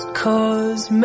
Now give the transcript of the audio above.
cause